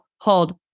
hold